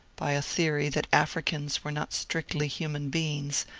by a theory that africans were not strictly human beings,